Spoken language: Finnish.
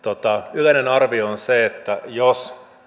yleinen arvio on se että jos